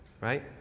right